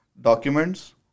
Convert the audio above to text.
documents